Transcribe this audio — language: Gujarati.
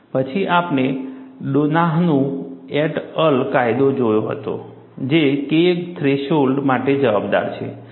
પછી આપણે ડોનાહનુ એટ અલ કાયદો જોયો હતો જે K થ્રેશોલ્ડ માટે જવાબદાર છે